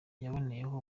yaboneyeho